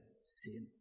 sin